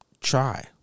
try